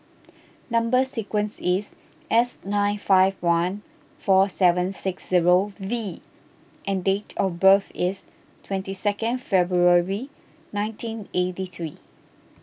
Number Sequence is S nine five one four seven six zero V and date of birth is twenty second February nineteen eighty three